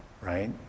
right